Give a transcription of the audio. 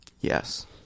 Yes